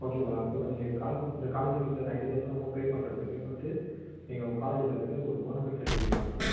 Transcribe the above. okay madam இப்போ நீங்கள் college இந்தக் காலேஜ் ஃபீஸ்ஸில் நைன்ட்டி தௌசண்ட் அமௌண்ட் பே பண்ணுறதுக்கு உங்களுக்கு நீங்கள் உங்கள் காலேஜில் போயிட்டு ஒரு போனஃபைட் சர்ட்டிஃபிக்கேட் வாங்கிக்கோங்க